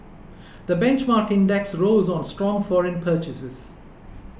the benchmark index rose on strong foreign purchases